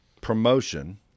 Promotion